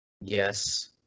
Yes